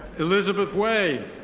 elizabeth wei.